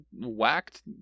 whacked